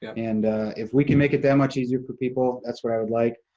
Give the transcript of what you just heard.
and if we can make it that much easier for people, that's what i would like.